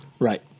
Right